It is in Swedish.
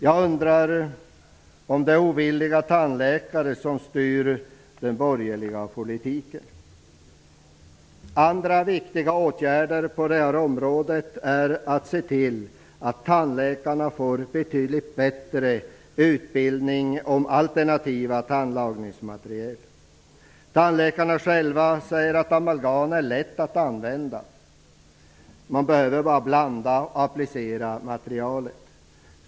Jag undrar: Är det ovilliga tandläkare som styr den borgerliga politiken? Andra viktiga åtgärder på det här området är att se till att tandläkarna får betydligt bättre utbildning om alternativa tandlagningsmaterial. Tandläkarna själva säger att amalgam är lätt att använda, man behöver bara blanda och sedan applicera materialet.